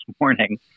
morning